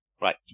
Right